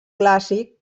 clàssic